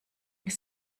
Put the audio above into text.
ihr